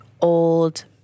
old